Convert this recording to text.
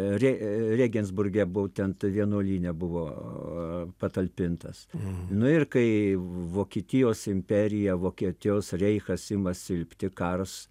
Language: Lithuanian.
re regensburge būtent vienuolyne buvo patalpintas nu ir kai vokietijos imperija vokietijos reichas ima silpti karas